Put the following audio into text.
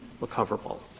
recoverable